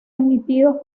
emitidos